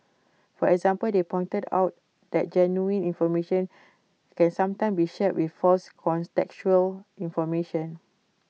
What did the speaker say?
for example they pointed out that genuine information can sometimes be shared with false contextual information